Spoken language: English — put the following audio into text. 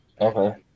Okay